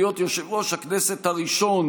להיות יושב-ראש הכנסת הראשון